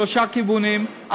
שלושה כיוונים,